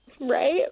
right